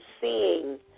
seeing